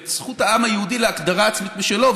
ואת זכות העם היהודי להגדרה עצמית משלו,